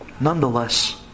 Nonetheless